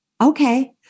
okay